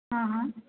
हँ हँ